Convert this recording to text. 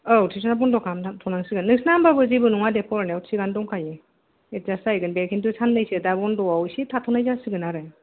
औ टिउसना बन्द खालाम थ' नांसिगोन नोंसिना होमबाबो जेबो नङा दे फरायनायाव थिगानो दंखायो एदजास जाहैगोन बे खिन्थु साननैसो दा बन्द'आव एसे थाथ'नाय जासिगोन आरो